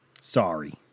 Sorry